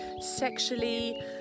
sexually